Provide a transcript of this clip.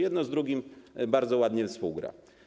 Jedno z drugim bardzo ładnie współgra.